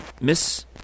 miss